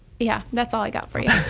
yeah that's all i got for you.